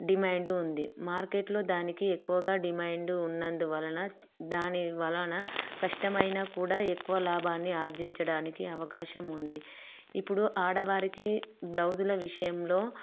demand ఉంది మార్కెట్లో దానికి ఎక్కువగా డిమాండ్ ఉన్నందువలన దాని వలన కష్టమైన కూడా ఎక్కువ లాభాన్ని ఆర్జించడానికి అవకాశం ఉంది ఇప్పుడు ఆడవారికి బ్లౌజుల విషయంలో